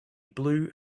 blue